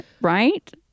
Right